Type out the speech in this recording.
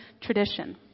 tradition